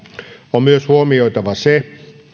on myös huomioitava se että